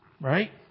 right